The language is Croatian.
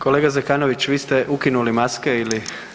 Kolega Zekanović, vi ste ukinuli maske ili…